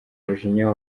umujinya